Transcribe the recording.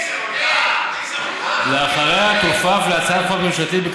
אחריה היא תוכפף להצעת חוק ממשלתית,